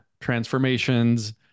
transformations